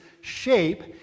SHAPE